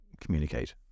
communicate